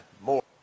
more